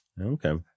okay